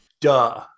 Duh